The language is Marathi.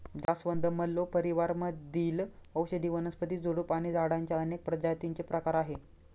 जास्वंद, मल्लो परिवार मधील औषधी वनस्पती, झुडूप आणि झाडांच्या अनेक प्रजातींचे प्रकार आहे